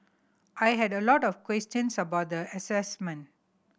I had a lot of questions about the assignment